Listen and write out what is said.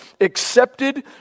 accepted